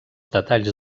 detalls